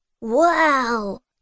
Wow